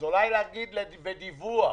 אז אולי להגיד בדיווח?